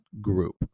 group